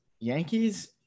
Yankees –